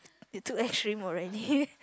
it took actually